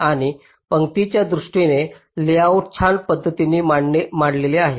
आणि पंक्तीच्या दृष्टीने लेआउट छान पद्धतीने मांडलेले आहे